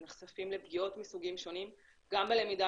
הם נחשפים לפגיעות מסוגים שונים גם בלמידה